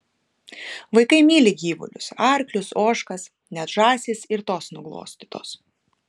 vaikai myli gyvulius arklius ožkas net žąsys ir tos nuglostytos